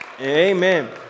Amen